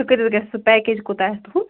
سُہ کۭتِس گَژھِ سُہ پٮ۪کیج کوٗتاہ آسہِ تُہنٛد